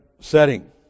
setting